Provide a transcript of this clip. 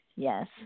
Yes